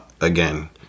again